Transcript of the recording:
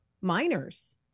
minors